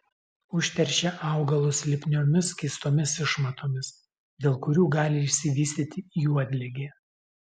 užteršia augalus lipniomis skystomis išmatomis dėl kurių gali išsivystyti juodligė